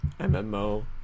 MMO